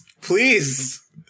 Please